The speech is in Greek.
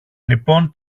λοιπόν